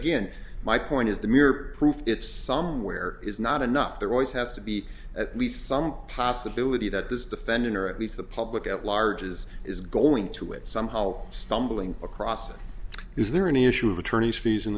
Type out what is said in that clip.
again my point is the mere proof it's somewhere is not enough there always has to be at least some possibility that this defendant or at least the public at large is is going to it somehow stumbling across is there any issue of attorney's fees in